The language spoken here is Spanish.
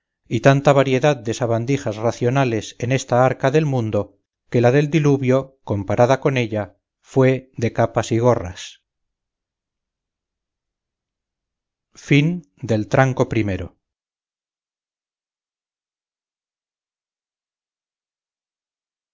y tanta variedad de sabandijas racionales en esta arca del mundo que la del diluvio comparada con ella fué de capas y gorras tranco